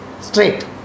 straight